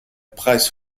preis